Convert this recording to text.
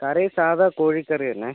കറി സാധ കോഴി കറി തന്നെ